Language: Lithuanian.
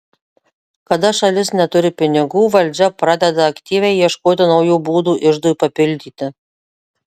kada šalis neturi pinigų valdžia pradeda aktyviai ieškoti naujų būdų iždui papildyti